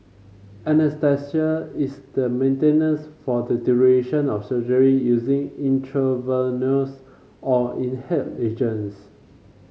anaesthesia is then maintained for the duration of surgery using intravenous or inhaled agents